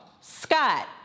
Scott